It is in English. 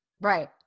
Right